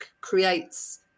creates